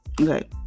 Okay